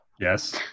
yes